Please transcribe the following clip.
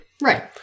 Right